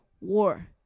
war